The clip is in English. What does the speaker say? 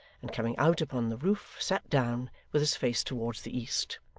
and coming out upon the roof sat down, with his face towards the east.